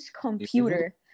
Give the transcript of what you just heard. computer